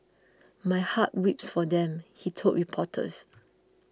my heart weeps for them he told reporters